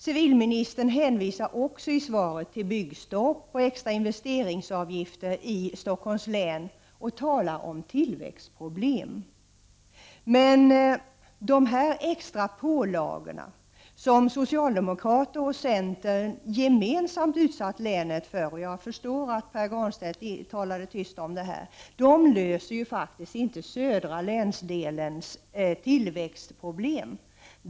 Civilministern hänvisar också i svaret till byggstopp och extra investeringsavgifter i Stockholms län och talar om tillväxtproblem. Men dessa extra pålagor, som socialdemokrater och centern — jag förstår att Pär Granstedt talade tyst om detta — gemensamt utsatt länet för, löser ju inte södra länsdelens tillväxtproblem.